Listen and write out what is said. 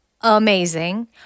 amazing